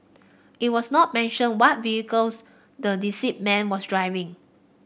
it was not mentioned what vehicles the deceased man was driving